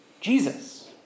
Jesus